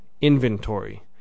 inventory